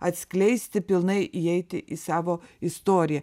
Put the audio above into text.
atskleisti pilnai įeiti į savo istoriją